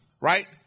right